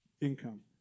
income